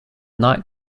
night